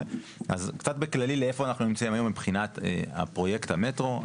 קצת בכללי איפה אנחנו נמצאים היום מבחינת פרויקט המטרו.